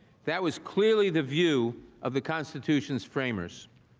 that was clearly the view of the constitution's framers.